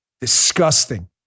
Disgusting